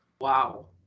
Wow